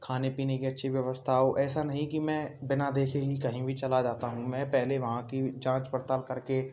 खाने पीने की अच्छी व्यवस्था हो ऐसा नहीं कि मैं बिना देखे ही कहीं भी चला जाता हूँ मैं पहले वहाँ की जाँच पड़ताल करके